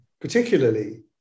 particularly